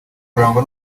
kurangwa